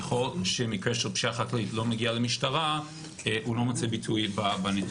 ככל שמקרה של פשיעה חקלאית לא מגיע למשטרה הוא לא מוצא ביטוי בנתונים.